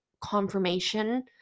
confirmation